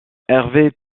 hervé